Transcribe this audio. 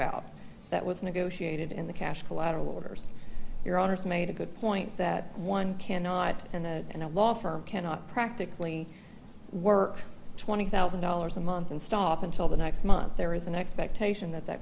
out that was negotiated and the cash collateral orders your honour's made a good point that one cannot and a law firm cannot practically work twenty thousand dollars a month and stop until the next month there is an expectation that that